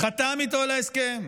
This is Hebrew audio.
חתם איתו על ההסכם,